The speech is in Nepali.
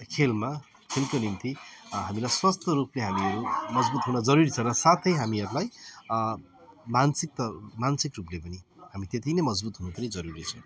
खेलमा खेलको निम्ति हामीलाई स्वास्थ्य रूपले हामीहरू मजबुत हुन जरुरी छ र साथै हामीहरूलाई मानसिकता मानसिक रूपले पनि हामी त्यति नै मजबुत हुनु पनि जरुरी छ